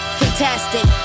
fantastic